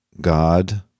God